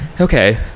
okay